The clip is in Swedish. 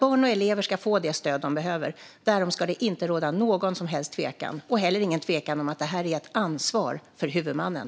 Barn och elever ska få det stöd de behöver; därom ska det inte råda någon som helst tvekan. Det ska heller inte råda någon tvekan om att det här är ett ansvar för huvudmannen.